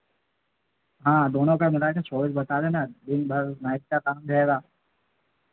हाँ दोनो का मिला कर चौबीस बता रहे हैं ना दिन भर माइक का काम रहेगा